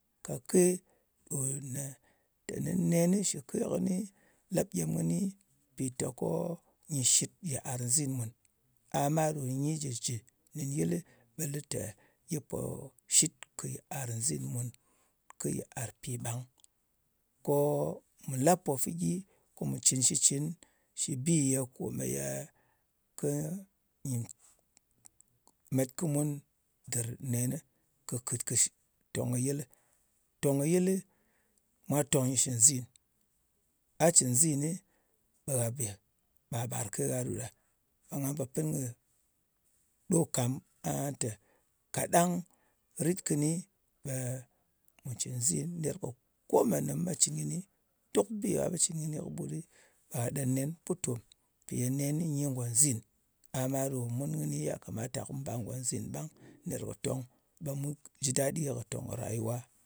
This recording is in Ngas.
Kake ɗò teni nenɨ shɨke kɨni mpìteko nyɨ shi yìar nzin mùn. A ma ɗo nyi jɨ jɨ nɗin yɨlɨ ɓe lɨ tē gyi pò shit kɨ yɨàr nzin mùn, kɨ yɨ̀ar pìɓang, ko mu la pò fɨgyi, ko mù cɨn shɨtcɨn fɨgyi shɨ bi ye kòmèye kɨ met kɨ mun dɨr nenɨ kɨt-kɨt kɨ tòng kɨ yɨlɨ. Tòng kɨ yɨlɨ mwa tòng shɨ nzin. A cɨn nzini, ɓe gha ɓe bàr ke gha ɗo ɗa. Ɓe nga pò pɨn kɨ ɗo kàm aha tē, kaɗang rit kɨni, ɓe mù cɨn nzin ner kɨ kome nē mu me cɨn kɨni. Duk bi gha pò cɨn kɨni kɨɓut ɗɨ ɓa ɗen nen butòm. Mpì ye nenɨ nyi ngònzin. A ma ɗò munɨ ya kamata ko mù bàr ngònzin ɓang ner kɨ tòng, ɓe mu jɨ daɗi kɨ tòn kɨ rayuwa.